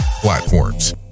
platforms